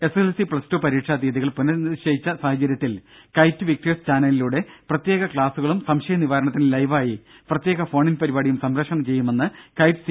S L C plus two പരീക്ഷാ തീയതികൾ പുനനിശ്ചയിച്ച സാഹചര്യത്തിൽ കൈറ്റ് വിക്ടേഴ്സ് ചാനലിലൂടെ പ്രത്യേക ക്ലാസുകളും സംശയ നിവാരണത്തിന് ലൈവായി പ്രത്യേക ഫോൺ ഇൻ പരിപാടിയും സംപ്രേഷണം ചെയ്യുമെന്ന് കൈറ്റ് സി